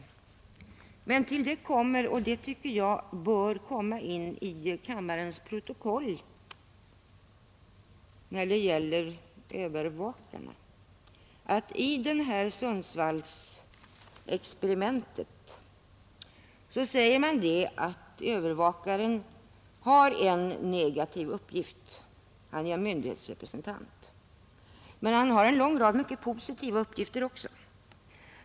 Men till det kommer — och det tycker jag bör komma in i kammarens protokoll — att i Sundsvallsexperimentet säger man att övervakaren har en negativ uppgift, att han är myndighetsrepresentant. Men han har en lång rad mycket positiva uppgifter också.